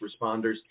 responders